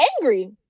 angry